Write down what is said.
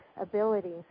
abilities